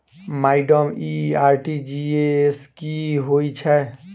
Madam इ RTGS की होइ छैय?